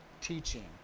teaching